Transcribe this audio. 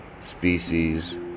species